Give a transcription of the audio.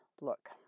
Look